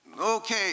Okay